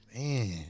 Man